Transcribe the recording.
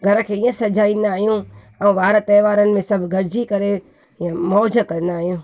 घर खे ईअं सजाईंदा आहियूं ऐं वार त्यौहारनि में सभु गॾिजी करे हे मौज कंदा आहियूं